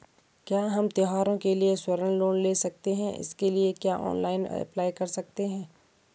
क्या हम त्यौहारों के लिए स्वर्ण लोन ले सकते हैं इसके लिए क्या ऑनलाइन अप्लाई कर सकते हैं?